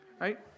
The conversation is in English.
right